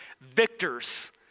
victors